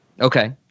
Okay